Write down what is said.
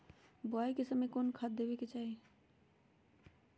बोआई के समय कौन खाद देवे के चाही?